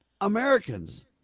Americans